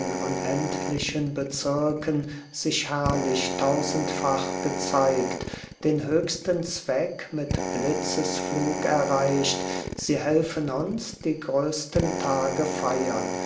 unendlichen bezirken sich herrlich tausendfach gezeigt den höchsten zweck mit blitzesflug erreicht sie helfen uns die größten tage feiern